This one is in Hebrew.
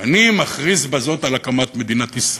אני מכריז בזאת על הקמת מדינת ישראל.